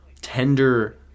tender